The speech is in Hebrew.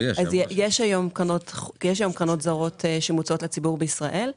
יש היום קרנות זרות שמוצעות לציבור בישראל.